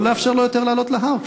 לא לאפשר לו יותר לעלות להר,